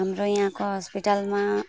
हाम्रो यहाँको हस्पिटलमा